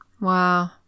Wow